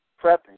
prepping